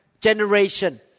generation